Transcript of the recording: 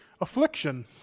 affliction